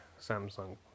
Samsung